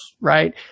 Right